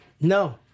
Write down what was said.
No